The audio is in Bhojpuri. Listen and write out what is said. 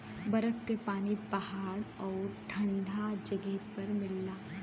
बरफ के पानी पहाड़ आउर ठंडा जगह पर मिलला